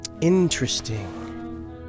Interesting